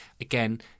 Again